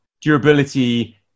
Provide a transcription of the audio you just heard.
durability